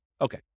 Okay